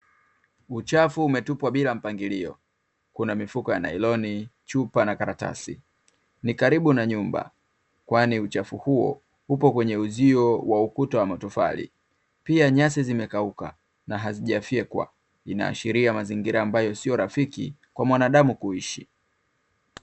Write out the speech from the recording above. Uchafu umetupwa bila mpangilio kuna mifuko ya nyloni, chupa na karatasi. Ni karibu na nyumba, kwani uchafu huo upo kwenye uzio wa ukuta wa matofali, pia nyasi zimekauka na hazijafyekwa, inaashiria mazingira ambayo sio rafiki kwa mwanadamu kuishi.